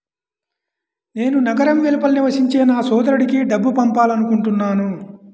నేను నగరం వెలుపల నివసించే నా సోదరుడికి డబ్బు పంపాలనుకుంటున్నాను